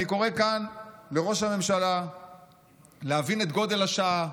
אני קורא כאן לראש הממשלה להבין את גודל השעה,